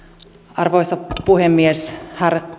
arvoisa puhemies herr